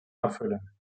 erfüllen